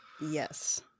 Yes